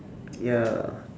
ya